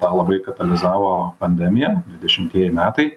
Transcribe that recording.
tą labai katalizavo pandemija dvidešimtieji metai